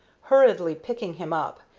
hurriedly picking him up,